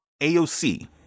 AOC